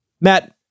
Matt